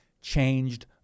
changed